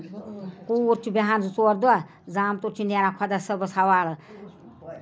کوٗر چھُ بیٚہان زٕ ژور دۄہ زامتُر چھُ نیران خۄدا صٲبَس حَوالہٕ